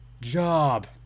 job